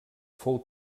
fou